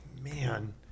man